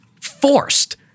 forced